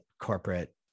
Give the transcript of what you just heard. corporate